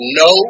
no